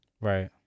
Right